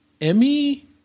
Emmy